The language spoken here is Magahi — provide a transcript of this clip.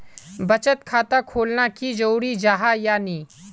बचत खाता खोलना की जरूरी जाहा या नी?